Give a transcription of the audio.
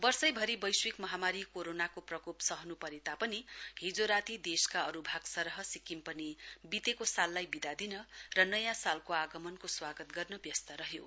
वर्षभरि वैश्विक महामारी कोरोनाको प्रकोप सहन् परे तापनि हिजो राती देशका अरू भाग सरह सिक्किममा पनि वितेको साललाई विदा दिन र नयाँ सालको आगमनको स्वागत गर्न व्यस्त रह्यो